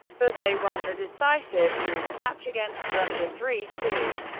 but they won the decisive group match against russia three two.